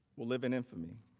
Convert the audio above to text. will live in infamy.